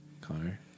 Connor